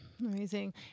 Amazing